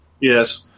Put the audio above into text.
Yes